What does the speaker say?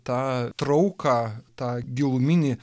tą trauką tą giluminį